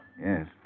Yes